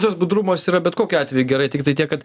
tas budrumas yra bet kokiu atveju gerai tiktai tiek kad